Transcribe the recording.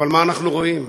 אבל מה אנחנו רואים?